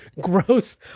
gross